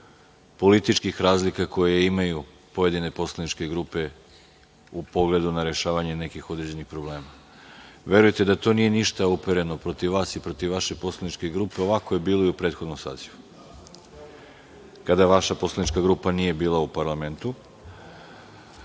političkih razlika koje imaju pojedine poslaničke grupe u pogledu na rešavanje nekih određenih problema. Verujte da to nije ništa upereno protiv vas i protiv vaše poslaničke grupe, ovako je bilo i u prethodnom sazivu, kada vaša poslanička nije bila u parlamentu.